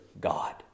God